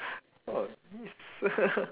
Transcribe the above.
oh yes